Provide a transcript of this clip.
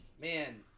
man